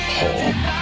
home